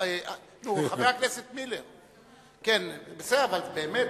חבר הכנסת מילר, באמת.